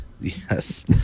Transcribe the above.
Yes